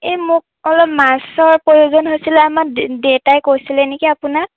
এই মোক অলপ মাছৰ প্ৰয়োজন হৈছিলে আমাৰ দে দেউতাই কৈছিলে নেকি আপোনাক